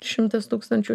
šimtas tūkstančių